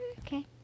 okay